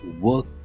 work